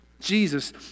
Jesus